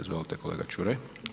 Izvolite kolega Ćuraj.